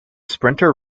sprinter